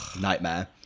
nightmare